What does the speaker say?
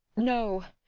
no!